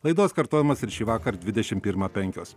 laidos kartojimas ir šįvakar dvidešim pirmą penkios